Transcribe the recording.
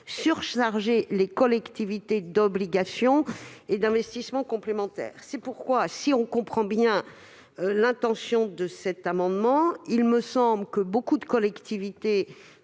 surcharger les collectivités d'obligations et d'investissements complémentaires. Si la commission comprend bien l'intention des auteurs de cet amendement, il lui semble que beaucoup de collectivités